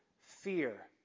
fear